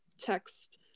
text